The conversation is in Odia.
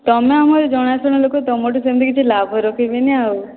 ତୁମେ ଆମର ଜଣାଶୁଣା ଲୋକ ତୁମଠୁ ସେମିତି କିଛି ଲାଭ ରଖିବିନି ଆଉ